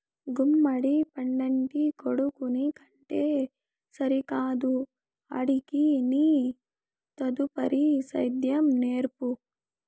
గుమ్మడి పండంటి కొడుకుని కంటే సరికాదు ఆడికి నీ తదుపరి సేద్యం నేర్పు